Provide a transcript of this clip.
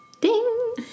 Ding